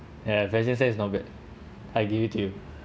ya fashion sense is not bad I give it to you